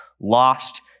lost